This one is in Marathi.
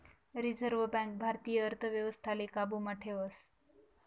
रिझर्व बँक भारतीय अर्थव्यवस्थाले काबू मा ठेवस